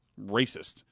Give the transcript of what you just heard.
racist